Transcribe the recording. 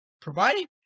providing